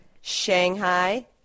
Shanghai